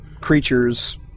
creatures